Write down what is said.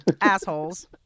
assholes